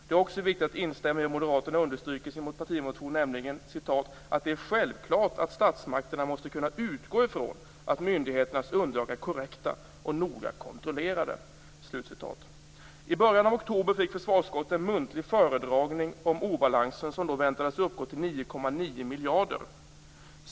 Det är också viktigt att instämma i vad Moderaterna understryker i sin partimotion, nämligen "att det är självklart att statsmakterna måste kunna utgå ifrån att myndigheternas underlag är korrekta och noga kontrollerade". I början av oktober fick försvarsutskottet en muntlig föredragning om obalansen, som då väntades uppgå till 9,9 miljarder.